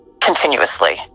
continuously